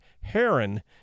heron